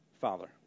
Father